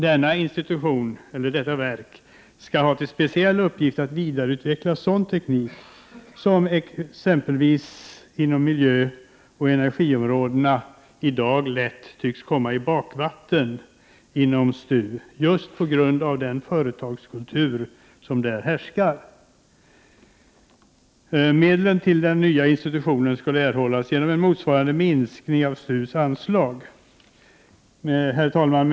Denna institution eller detta verk skall ha till speciell uppgift att vidareutveckla sådan teknik inom exempelvis miljöoch energiområdena som i dag lätt tycks komma i bakvatten inom STU just på grund av den företagskultur som där härskar. Medel till den nya institutionen skulle erhållas genom en motsvarande minskning av STU:s anslag. Herr talman!